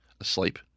asleep